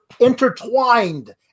intertwined